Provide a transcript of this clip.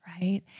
Right